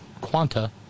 quanta